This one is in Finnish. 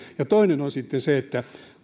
toinen on sitten se että